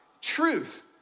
Truth